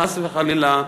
חס וחלילה,